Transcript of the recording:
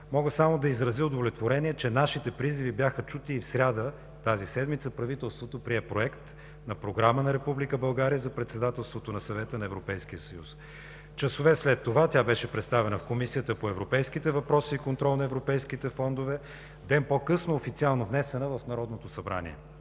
Мога само да изразя удовлетворение, че нашите призиви бяха чути и в сряда тази седмица правителството прие Проект на програма на Република България за председателството на Съвета на Европейския съюз. Часове след това тя беше представена в Комисията по европейските въпроси и контрол на европейските фондове, а ден по-късно официално внесена в Народното събрание.